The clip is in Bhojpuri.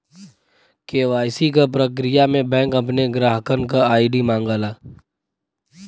के.वाई.सी क प्रक्रिया में बैंक अपने ग्राहकन क आई.डी मांगला